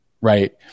Right